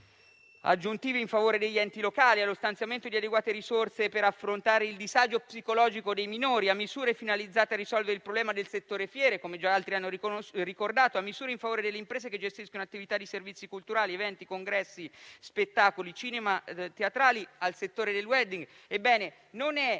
aggiuntive in favore degli enti locali; allo stanziamento di adeguate risorse per affrontare il disagio psicologico dei minori. Abbiamo impegnato il Governo per misure finalizzate a risolvere il problema del settore fiere, come già altri hanno ricordato, e per misure in favore delle imprese che gestiscono attività di servizi culturali, eventi, congressi, spettacoli, cinema, teatro, al settore del *wedding.* Ebbene, non è